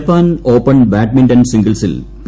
Japan Open badminton സിംഗിൾസിൽ P